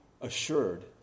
assured